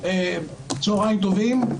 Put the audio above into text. צהריים טובים.